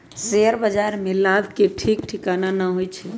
share बाजार में लाभ के ठीक ठिकाना न होइ छइ